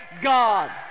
God